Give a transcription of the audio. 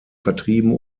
vertrieben